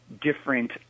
different